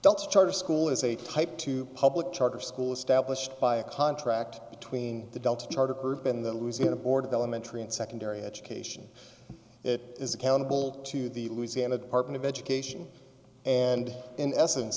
delta charter school is a type two public charter school established by a contract between the delta charter curb in the louisiana board of elementary and secondary education it is accountable to the louisiana department of education and in essence